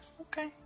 Okay